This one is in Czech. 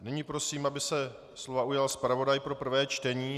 Nyní prosím, aby se slova ujal zpravodaj pro prvé čtení.